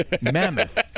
mammoth